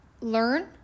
learn